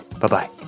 Bye-bye